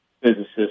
physicists